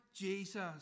Jesus